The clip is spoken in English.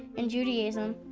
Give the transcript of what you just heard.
in judaism,